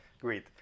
great